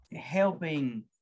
helping